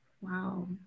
wow